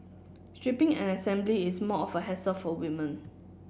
stripping and assembly is more of a hassle for women